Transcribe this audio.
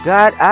God